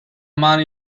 money